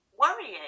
worrying